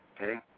Okay